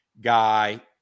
guy